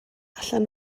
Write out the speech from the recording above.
allan